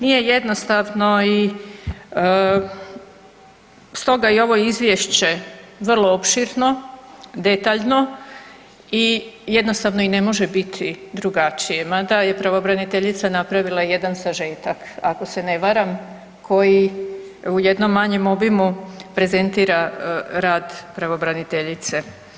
Nije jednostavno i stoga je i ovo Izvješće vrlo opširno, detaljno i jednostavno i ne može biti drugačije mada je pravobraniteljica napravila jedan sažetak ako se ne varam koji u jednom manjem obimu prezentira rad pravobraniteljice.